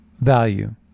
value